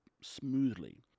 smoothly